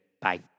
Bye